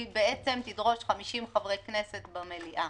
היא תדרוש 50 חברי כנסת במליאה